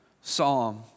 psalm